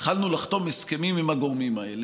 התחלנו לחתום הסכמים עם הגורמים האלה.